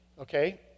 Okay